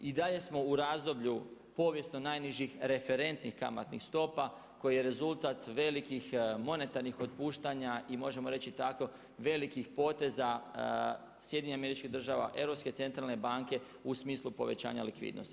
I dalje smo u razdoblju povijesno najnižih referentnih kamatnih stopa koje je rezultat velikih, monetarnih otpuštanja i možemo reći tako velikih poteza SAD-a, Europske centralne banke u smislu povećanja likvidnosti.